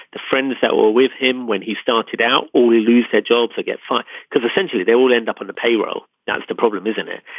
the friends that were with him when he started out or they lose their jobs they get fired because essentially they all end up on the payroll. that's the problem isn't it.